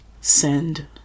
Send